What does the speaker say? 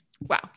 Wow